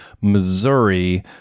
Missouri